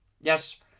Yes